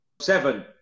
Seven